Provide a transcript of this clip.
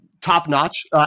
top-notch